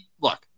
look